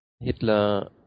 Hitler